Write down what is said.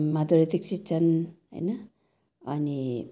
माधुरी दीक्षित छन् होइन अनि